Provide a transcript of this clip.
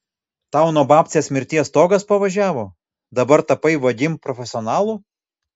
tau nuo babcės mirties stogas pavažiavo dabar tapai vagim profesionalu